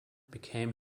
became